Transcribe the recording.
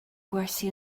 gwersi